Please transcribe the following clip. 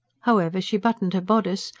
however she buttoned her bodice,